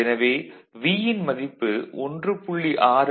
எனவே Vin மதிப்பு 1